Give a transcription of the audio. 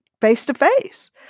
face-to-face